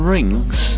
Rings